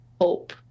hope